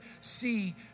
see